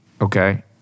okay